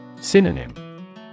Synonym